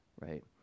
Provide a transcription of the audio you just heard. right